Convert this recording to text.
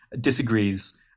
disagrees